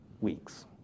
weeks